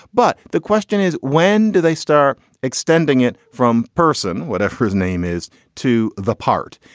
but the question is, when do they start extending it from person? what if his name is to the part?